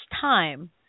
time